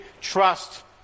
trust